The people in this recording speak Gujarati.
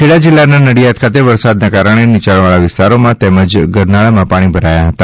ખેડા જિલ્લાના નડિયાદ ખાતે વરસાદના કારણે નીચાણવાળા વિસ્તારોમાં તેમજ ગરનાળામાં પાણી ભરાયા હતા